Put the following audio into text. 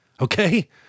Okay